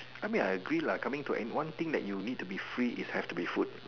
I mean I agree lah coming to mind one thing that you want to be free it has to be food